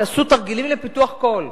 ותעשו תרגילים לפיתוח קול.